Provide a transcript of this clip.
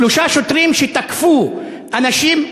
שלושה שוטרים שתקפו אנשים.